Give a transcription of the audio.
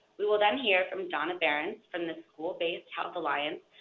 we will then hear from donna behrens from the school based health alliance,